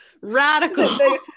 radical